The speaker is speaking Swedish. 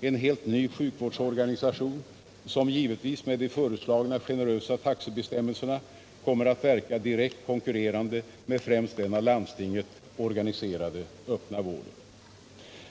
en helt ny sjukvårdsorganisation, som givetvis med de föreslagna generösa taxebestämmelserna kommer att verka direkt konkurrerande med främst den av landstingen organiserade öppna vården.